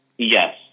Yes